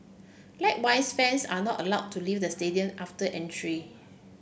likewise fans are not allowed to leave the stadium after entry